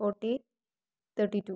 forty thirty two